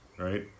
Right